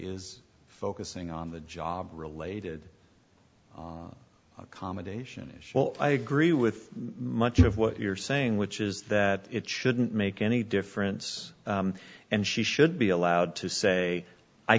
is focusing on the job related accommodation is well i agree with much of what you're saying which is that it shouldn't make any difference and she should be allowed to say i